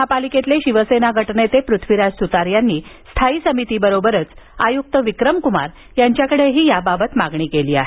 महापालिकेतील शिवसेना गटनेते पृथ्वीराज सुतार यांनी स्थायी समिती बरोबरच आयुक्त विक्रम कुमार यांच्याकडेही याबाबत मागणी केली आहे